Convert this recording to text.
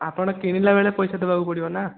ଆପଣ କିଣିଲା ବେଳେ ପଇସା ଦେବାକୁ ପଡ଼ିବ ନାଁ